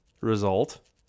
result